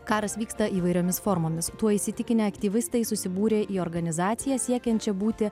karas vyksta įvairiomis formomis tuo įsitikinę aktyvistai susibūrė į organizaciją siekiančią būti